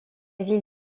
ville